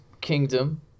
kingdom